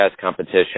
Competition